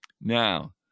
Now